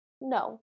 No